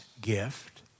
gift